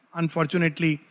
unfortunately